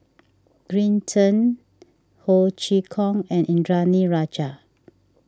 Green Zeng Ho Chee Kong and Indranee Rajah